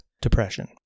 depression